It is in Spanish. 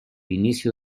inicio